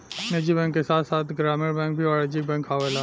निजी बैंक के साथ साथ ग्रामीण बैंक भी वाणिज्यिक बैंक आवेला